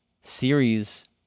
series